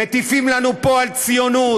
מטיפים לנו פה על ציונות,